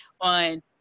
on